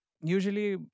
usually